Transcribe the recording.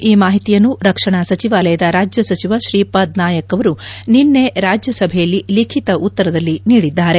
ಈ ಮಾಹಿತಿಯನ್ನು ರಕ್ಷಣಾ ಸಚಿವಾಲಯದ ರಾಜ್ಯಸಚಿವ ಶ್ರಿಪಾದ್ ನಾಯಕ್ ಅವರು ನಿನ್ನೆ ರಾಜ್ಯ ಸಭೆಯಲ್ಲಿ ಲಿಖಿತ ಉತ್ತರದಲ್ಲಿ ನೀಡಿದ್ದಾರೆ